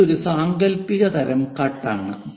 ഇത് ഒരു സാങ്കൽപ്പിക തരം കട്ട് ആണ്